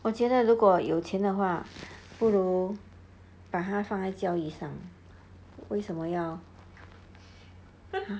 我觉得如果有钱的话不如把它放在教育上为什么要